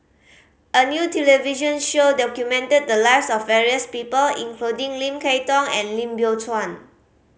a new television show documented the lives of various people including Lim Kay Tong and Lim Biow Chuan